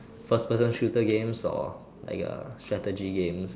first person shooter games or like a strategy games